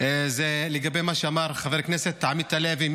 מה שאמר חבר הכנסת עמית הלוי,